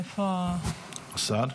איפה השר?